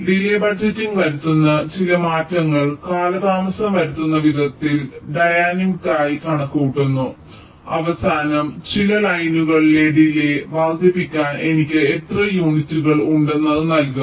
delay budgeting വരുത്തുന്ന ചില മാറ്റങ്ങൾ കാലതാമസം വരുത്തുന്ന വിധത്തിൽ ഡയനമിക്കായി കണക്കുകൂട്ടുന്നു അവസാനം ചില ലൈനുകളിലെ ഡിലേയ് വർദ്ധിപ്പിക്കാൻ എനിക്ക് എത്ര യൂണിറ്റുകൾ ഉണ്ടെന്ന് അത് നൽകും